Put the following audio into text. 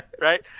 right